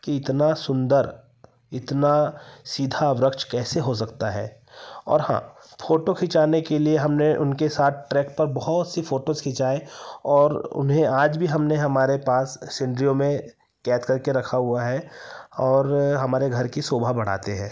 कि इतना सुंदर इतना सीधा वृक्ष कैसे हो सकता है और हाँ फोटो खिंचाने के लिए हमने उनके साथ ट्रैक पर बहुत सी फोटोस खिंचाएँ और उन्हें आज भी हमने हमारे पास सिनरियों में कैद करके रखा हुआ है और हमारे घर की शोभा बढ़ाते हैं